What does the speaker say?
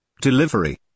Delivery